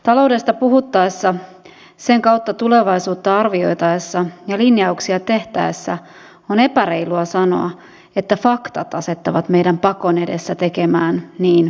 taloudesta puhuttaessa sen kautta tulevaisuutta arvioitaessa ja linjauksia tehtäessä on epäreilua sanoa että faktat asettavat meidät pakon edessä tekemään niin tai näin